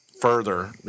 Further